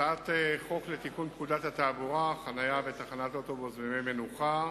הצעת חוק לתיקון פקודת התעבורה (חנייה בתחנת אוטובוס בימי מנוחה).